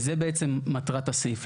וזה בעצם מטרת הסעיף.